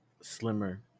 slimmer